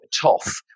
tough